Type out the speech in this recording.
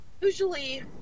usually